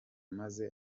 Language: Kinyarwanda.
maze